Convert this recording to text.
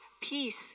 peace